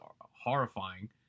horrifying